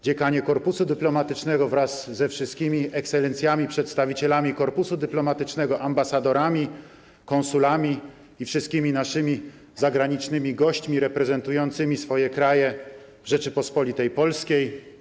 Dziekanie korpusu dyplomatycznego wraz ze wszystkimi ekscelencjami, przedstawicielami korpusu dyplomatycznego, ambasadorami, konsulami i wszystkimi naszymi zagranicznymi gośćmi reprezentującymi swoje kraje w Rzeczypospolitej Polskiej!